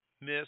miss